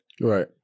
Right